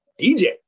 DJ